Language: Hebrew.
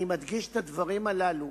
אני מדגיש את הדברים הללו